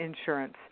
insurance